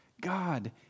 God